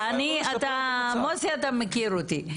אתה מכיר אותי.